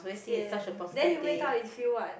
sian then you wake up is you what